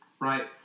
right